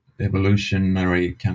evolutionary